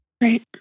Right